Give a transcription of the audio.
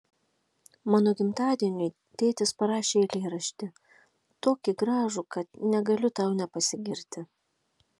mano gimtadieniui tėtis parašė eilėraštį tokį gražų kad negaliu tau nepasigirti